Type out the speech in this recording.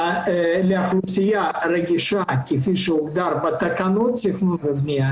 לאוכלוסייה הרגישה כפי שהוגדר בתקנות של תכנון ובנייה.